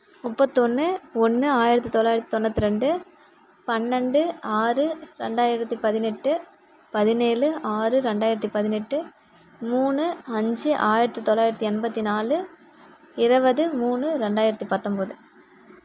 முப்பத்தொன்று ஒன்று ஆயிரத்தி தொள்ளாயிரத்தி தொண்ணூற்றி ரெண்டு பன்னெண்டு ஆறு ரெண்டாயிரத்தி பதினெட்டு பதினேழு ஆறு ரெண்டாயிரத்தி பதினெட்டு மூணு அஞ்சு ஆயிரத்தி தொள்ளாயிரத்தி எண்பத்தி நாலு இருபது மூணு ரெண்டாயிரத்தி பத்தொம்போது